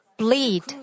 bleed